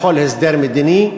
לכל הסדר מדיני.